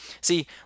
See